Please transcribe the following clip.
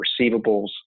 receivables